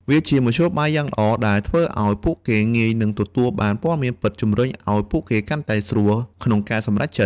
វាជាមធ្យោយបាយយ៉ាងល្អ ដែលធ្វើឲ្យពួកគេងាយនិងទទួលបានព័ត៌មានពិត ជំរុញឲ្យពួកគេកាន់តែស្រួលក្នុងការសម្រេចចិត្ត។